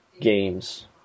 games